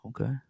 Okay